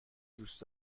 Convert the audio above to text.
دوست